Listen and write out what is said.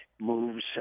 moves